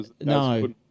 No